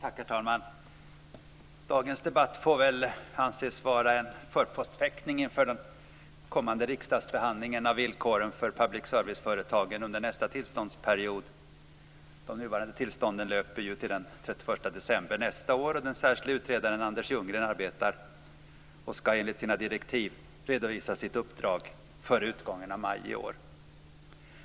Herr talman! Dagens debatt får väl anses vara en förpostfäktning inför den kommande riksdagsbehandlingen av villkoren för public service-företagen under nästa tillståndsperiod. De nuvarande tillstånden löper till den 31 december nästa år. Den särskilde utredaren Anders Ljunggren arbetar och ska enligt sina direktiv redovisa sitt uppdrag före utgången av maj i år.